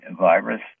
virus